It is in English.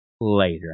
later